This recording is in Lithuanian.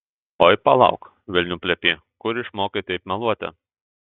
oi palauk velnių plepy kur išmokai taip meluoti